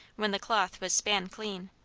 when the cloth was span clean.